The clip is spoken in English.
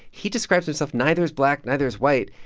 he describes himself neither as black, neither as white.